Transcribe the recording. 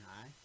high